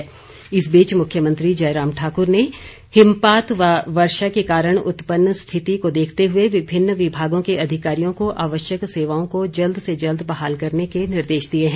जयराम इस बीच मुख्यमंत्री जयराम ठाकुर ने हिमपात व वर्षा के कारण उत्पन्न स्थिति को देखते हुए विभिन्न विभागों के अधिकारियों को आवश्यक सेवाओं को जल्द से जल्द बहाल करने के निर्देश दिए हैं